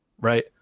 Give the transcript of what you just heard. right